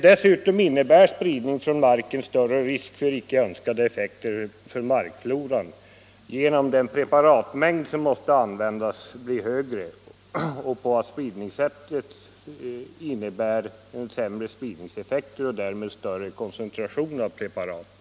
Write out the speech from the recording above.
Dessutom innebär spridning från marken större risk för icke önskade effekter på markfloran genom den större preparatmängd som måste an Nr 95 vändas och genom SPUCINNRSSÄNeN som innebär sämre spridningseffekter Torsdagen den och därmed större koncentration av preparaten.